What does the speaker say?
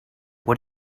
what